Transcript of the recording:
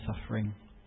suffering